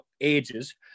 ages